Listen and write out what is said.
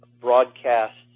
broadcasts